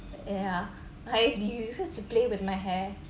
ya I used to play with my hair